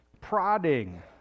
prodding